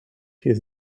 his